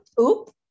oop